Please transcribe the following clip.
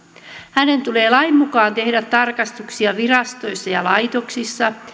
hänen tulee lain mukaan tehdä tarkastuksia virastoissa ja laitoksissa